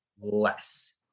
less